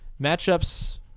matchups